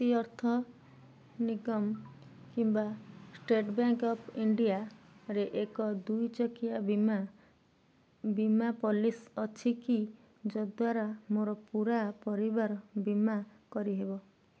ଶକ୍ତି ଅର୍ଥ ନିଗମ କିମ୍ବା ଷ୍ଟେଟ୍ ବ୍ୟାଙ୍କ ଅଫ୍ ଇଣ୍ଡିଆରେ ଏକ ଦୁଇ ଚକିଆ ବୀମା ବୀମା ପଲିସି ଅଛି କି ଯଦ୍ଵାରା ମୋର ପୂରା ପରିବାରର ବୀମା କରିହେବ